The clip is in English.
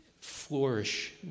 flourish